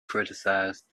criticized